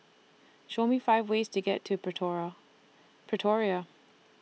Show Me five ways to get to Pretoria